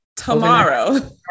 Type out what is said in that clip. Tomorrow